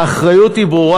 האחריות היא ברורה,